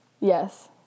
Yes